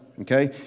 Okay